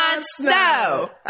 Snow